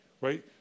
right